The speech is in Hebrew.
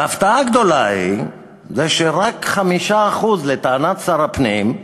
וההפתעה הגדולה היא שרק 5%, לטענת שר הפנים,